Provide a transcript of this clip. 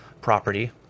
property